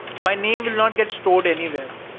my name will not get stored anywhere,